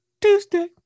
Tuesday